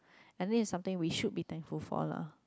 and then is something we should be thankful for lah